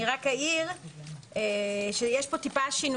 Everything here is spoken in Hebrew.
אני רק אעיר שיש כאן מעט שינויים.